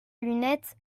lunette